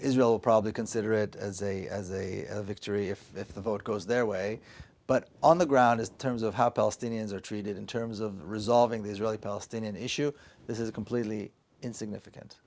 israel probably consider it as a victory if if the vote goes their way but on the ground as terms of how palestinians are treated in terms of resolving the israeli palestinian issue this is completely insignificant